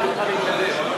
אני מוכן להתנדב.